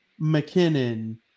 McKinnon